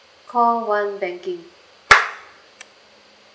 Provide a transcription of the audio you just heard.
call one banking